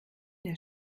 der